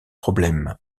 problèmes